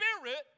spirit